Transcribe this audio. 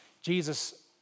Jesus